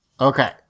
Okay